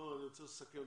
אני רוצה לסכם,